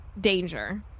danger